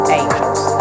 angels